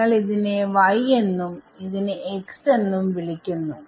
നിങ്ങൾ ഇതിനെ y എന്നും ഇതിനെ x എന്നും വിളിക്കുന്നു